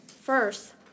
first